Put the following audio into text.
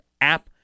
app